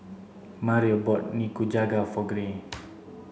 Mario bought Nikujaga for Gray